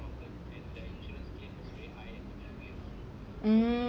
hmm